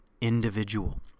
individual